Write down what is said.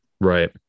Right